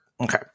Okay